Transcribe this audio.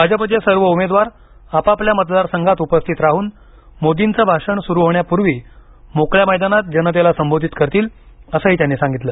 भाजपचे सर्व उमेदवार आपपल्या मतदार संघात उपस्थित राहून मोदींचं भाषण सुरू होण्यापूर्वी मोकळ्या मैदानात जनतेला संबोधित करतील असंही त्यांनी सांगितलं